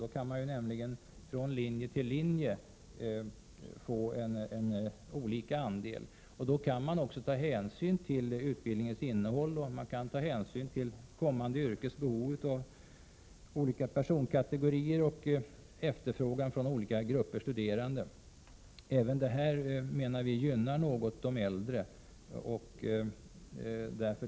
Då kan man få olika andelar från linje till linje. Vidare kan man på det sättet ta hänsyn till utbildningens innehåll samt till kommande yrkesmässiga behov av olika personkategorier och till efterfrågan från olika grupper studerande. Även det här, menar vi, gynnar de sökande som är något äldre.